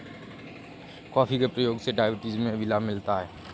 coffee के प्रयोग से डायबिटीज में भी लाभ मिलता है